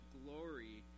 glory